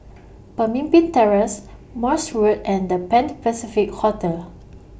Pemimpin Terrace Morse Road and The Pan Pacific Hotel